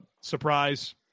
surprise